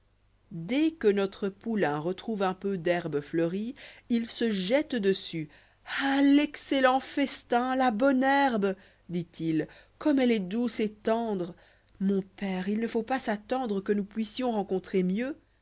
de la nuit'dès'qu'é'notre poulain ptetrbûve un peu d'herbe fleurie il se jette dessus ah l'excellent festin la bonne herbe dit-il comme elle est douce et tendre monpère il ne fautpas s'attendre que nous puissions rencontrer mieux